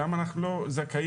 למה אנחנו לא זכאים,